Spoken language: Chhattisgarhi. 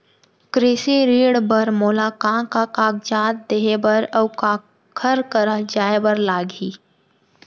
कृषि ऋण बर मोला का का कागजात देहे बर, अऊ काखर करा जाए बर लागही?